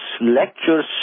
lectures